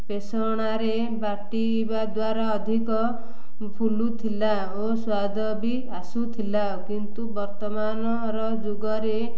ପେଷଣାରେ ବାଟିବା ଦ୍ୱାରା ଅଧିକ ଫୁଲୁଥିଲା ଓ ସ୍ୱାଦ ବି ଆସୁଥିଲା କିନ୍ତୁ ବର୍ତ୍ତମାନର ଯୁଗରେ